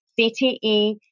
CTE